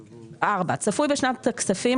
(4) צפוי בשנת הכספים,